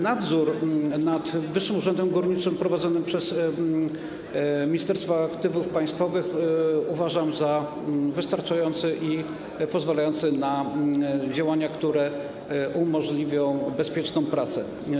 Nadzór na Wyższym Urzędem Górniczym prowadzony przez Ministerstwo Aktywów Państwowych uważam za wystarczający i pozwalający na działania, które umożliwią bezpieczną pracę.